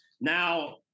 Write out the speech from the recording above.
now